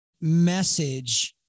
message